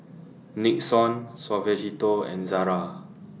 Nixon Suavecito and Zara